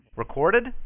Recorded